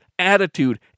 attitude